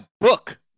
book